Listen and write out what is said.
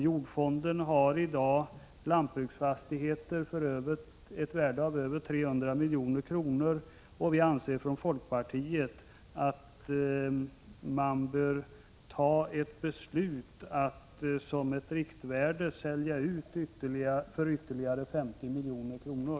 Jordfonden har i dag lantbruksfastigheter för ett värde på över 300 milj.kr. Från folkpartiet anser vi att man bör fatta ett beslut om att som ett riktvärde sälja ut fastigheter för ytterligare 50 milj.kr.